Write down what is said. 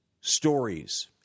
stories